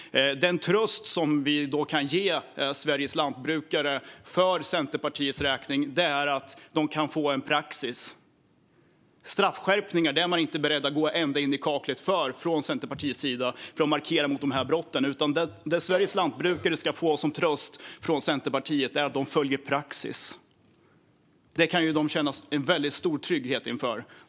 Den tröst som vi kan ge Sveriges lantbrukare för Centerpartiets räkning är att de kan få en praxis. Straffskärpningar är man inte beredd att gå ända in i kaklet för från Centerpartiets sida för att markera mot dessa brott, utan det Sveriges lantbrukare ska få som tröst från Centerpartiet är att man följer praxis. Det kan de ju känna en väldigt stor trygghet inför.